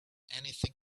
anything